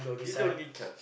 is the only child